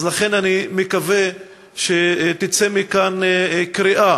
לכן, אני מקווה שתצא מכאן קריאה